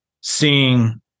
seeing